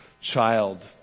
child